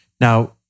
Now